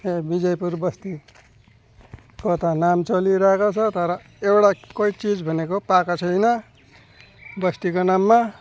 ए विजयपुर बस्तीको त नाम चलिरहेको छ तर एउटा कोही चिज भनेको पाएको छैन बस्तीको नाममा